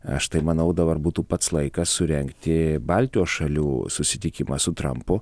aš tai manau dabar būtų pats laikas surengti baltijos šalių susitikimą su trampu